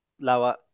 lower